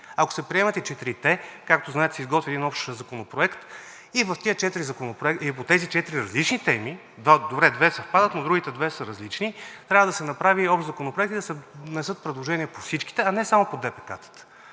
Ако се приемат и четирите, както знаете, се изготвя един общ законопроект. По тези четири различни теми – добре, две съвпадат, но другите две са различни – трябва да се направи общ законопроект и да се внесат предложения по всичките, а не само по ДПК-тата.